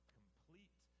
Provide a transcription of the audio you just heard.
complete